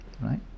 right